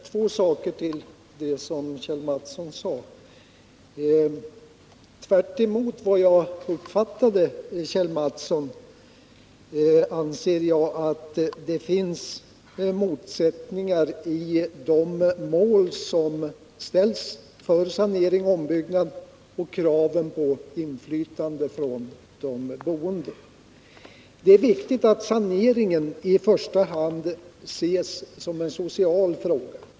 Herr talman! Jag vill på två punkter bemöta vad Kjell Mattsson sade. I motsats till Kjell Mattsson, som jag uppfattade honom, anser jag att det finns motsättningar i fråga om de mål som har ställts upp för sanering och ombyggnad och kraven på inflytande från de boende. Det är viktigt att saneringen i första hand ses som en social fråga.